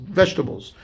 vegetables